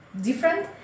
different